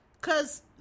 cause